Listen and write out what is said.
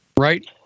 right